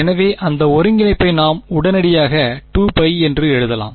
எனவே அந்த ஒருங்கிணைப்பை நாம் உடனடியாக 2π என்று எழுதலாம்